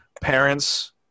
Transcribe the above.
parents